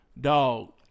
Dog